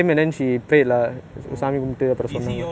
is it you all ask her to come or she just suddenly